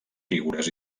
figures